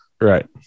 right